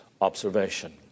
observation